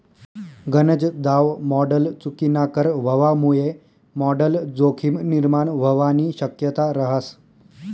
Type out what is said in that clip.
गनज दाव मॉडल चुकीनाकर व्हवामुये मॉडल जोखीम निर्माण व्हवानी शक्यता रहास